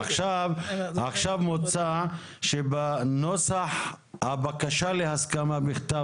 עכשיו מוצע שבנוסח הבקשה להסכמה בכתב